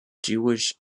jewish